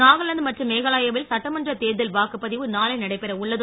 நாகாலாந்து மற்றும் மேகாலயாவில் சட்டமன்றத் தேர் தல் வாக்குப திவு நாளை நடைபெற உள்ளது